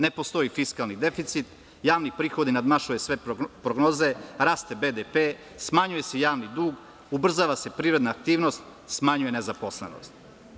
Ne postoji fiskalni deficit, javni prihodi nadmašuju sve prognoze, raste BDP, smanjuje se javni dug, ubrzava se privredna aktivnost, smanjuje nezaposlenost.